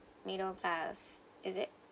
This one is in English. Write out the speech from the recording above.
middle class is it